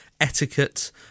etiquette